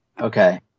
Okay